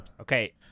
Okay